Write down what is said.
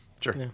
Sure